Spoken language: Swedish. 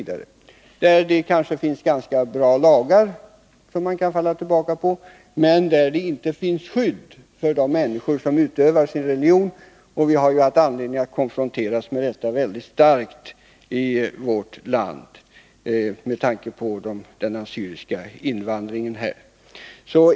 Det finns kanske bra lagar som man kan falla tillbaka på, men det polisiära skyddet för de människor som utövar sin religion är svagt. Vi har konfronterats med detta i vårt land på grund av den assyriska invandringen.